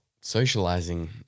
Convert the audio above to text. socializing